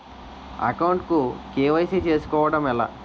Account కు KYC చేసుకోవడం ఎలా?